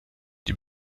die